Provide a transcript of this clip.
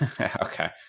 okay